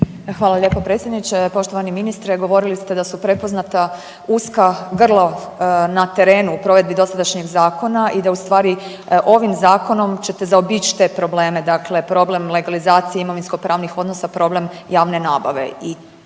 Hvala lijepo predsjedniče. Poštovani ministre, govorili ste da su prepoznata uska grlo na terenu na terenu u provedbi dosadašnjeg zakona i da ustvari ovim zakonom ćete zaobići te probleme, dakle problem legalizacije imovinsko-pravnih odnosa, problem javne nabave i to